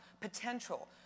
potential